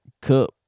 Cup